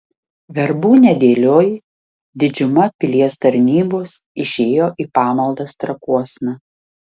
verbų nedėlioj didžiuma pilies tarnybos išėjo į pamaldas trakuosna